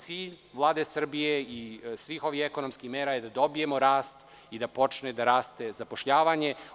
Cilj Vlade Srbije i svih ovih ekonomskih mera je da dobijemo rast i da počne da raste zapošljavanje.